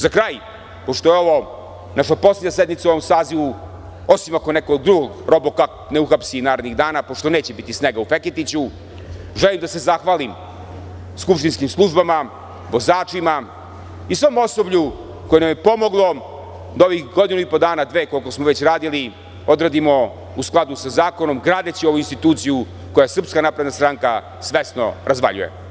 Za kraj, pošto je ovo naša poslednja sednica u ovom sazivu, osim ako nekog drugog „robokap“ ne uhapsi narednih dana, pošto neće biti snega u Feketiću, želim da se zahvalim skupštinskim službama, vozačima i svom osoblju koje nam je pomoglo da ovih godinu i po dana, dve koliko smo radili odradimo u skladu sa zakonom, gradeći ovu instituciju koju SNS svesno razvaljuje.